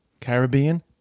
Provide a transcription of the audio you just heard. Caribbean